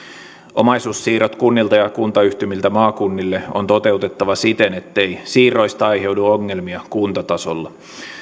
omaisuussiirrot kunnilta ja kuntayhtymiltä maakunnille on toteutettava siten ettei siirroista aiheudu ongelmia kuntatasolla